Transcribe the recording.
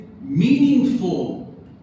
meaningful